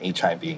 HIV